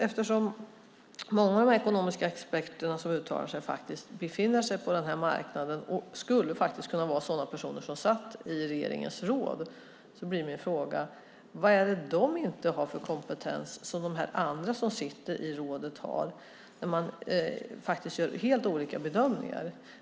Eftersom många av de ekonomiska experter som uttalar sig befinner sig på den här marknaden och skulle kunna vara sådana personer som satt i regeringens råd blir min fråga: Vad är det för kompetens de inte har som de som sitter i rådet har? Man gör ju helt olika bedömningar.